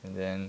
and then